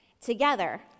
Together